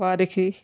వారికి